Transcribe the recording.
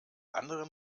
anderen